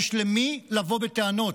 יש למי לבוא בטענות.